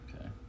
Okay